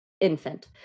infant